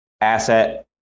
asset